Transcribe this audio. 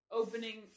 opening